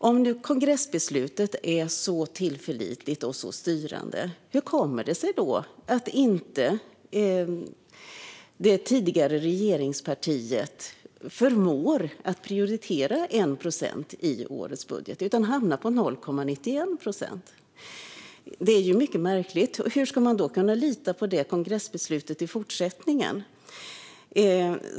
Om nu kongressbeslutet är så tillförlitligt och så styrande, hur kommer det sig då att det tidigare regeringspartiet inte förmår prioritera 1 procent i årets budget utan hamnar på 0,91 procent? Det är ju mycket märkligt. Hur ska man då kunna lita på detta kongressbeslut i fortsättningen?